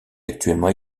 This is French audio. actuellement